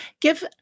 Give